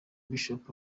bishop